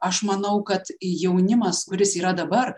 aš manau kad jaunimas kuris yra dabar